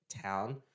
town